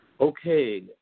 okay